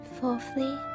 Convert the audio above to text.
Fourthly